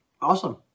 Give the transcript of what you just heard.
Awesome